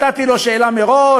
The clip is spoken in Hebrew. ואני מודה,